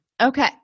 okay